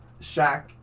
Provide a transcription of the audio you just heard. Shaq